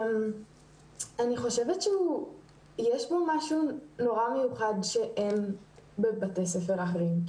אני חושבת שיש בו משהו נורא מיוחד שאין בבתי ספר אחרים.